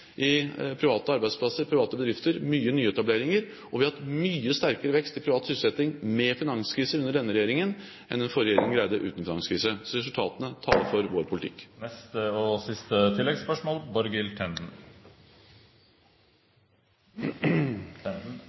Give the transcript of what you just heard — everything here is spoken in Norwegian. i private arbeidsplasser, i private bedrifter, og mange nyetableringer. Og vi har hatt en mye sterkere vekst i privat sysselsetting under denne regjeringen, med finanskrise, enn det den forrige regjeringen greide, uten finanskrise. Så resultatene taler for vår politikk.